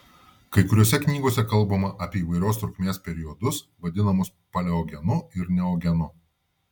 kai kuriose knygose kalbama apie įvairios trukmės periodus vadinamus paleogenu ir neogenu